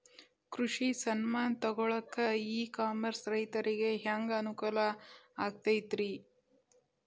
ಕೃಷಿ ಸಾಮಾನ್ ತಗೊಳಕ್ಕ ಇ ಕಾಮರ್ಸ್ ರೈತರಿಗೆ ಹ್ಯಾಂಗ್ ಅನುಕೂಲ ಆಕ್ಕೈತ್ರಿ?